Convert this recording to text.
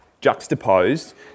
juxtaposed